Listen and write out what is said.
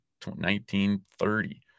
1930